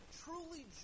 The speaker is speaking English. truly